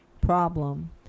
Problem